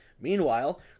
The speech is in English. Meanwhile